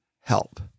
help